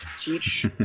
teach